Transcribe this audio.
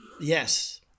Yes